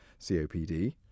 copd